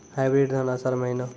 Hybrid धान आषाढ़ महीना?